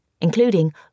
including